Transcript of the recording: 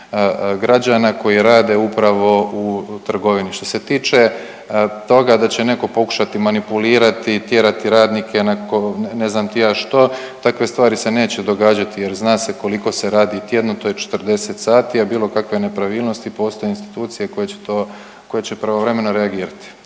građana koji rade upravo u trgovini. Što se tiče toga da će neko pokušati manipulirati i tjerati radnike na ne znam ti ja što, takve stvari se neće događati jer zna se koliko se radi tjedno, to je 40 sati, a bilo kakve nepravilnosti postoje institucije koje će to, koje će pravovremeno reagirati,